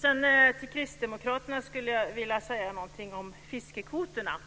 Sedan skulle jag vilja säga något till Kristdemokraterna om fiskekvoterna.